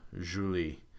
Julie